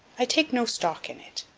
i take no stock in it.